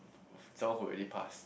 someone who already passed